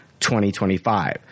2025